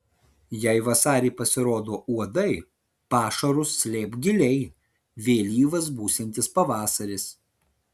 jei vasarį pasirodo uodai pašarus slėpk giliai vėlyvas būsiantis pavasaris